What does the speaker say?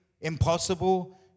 impossible